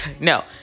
No